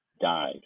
died